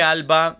Alba